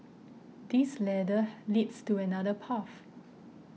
this ladder leads to another path